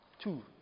Two